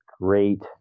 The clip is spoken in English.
great